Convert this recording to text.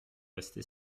rester